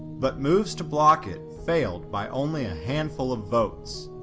but moves to block it failed by only a handful of votes.